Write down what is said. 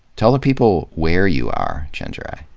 tell the people where you are, chenjerai.